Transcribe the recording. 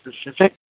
specific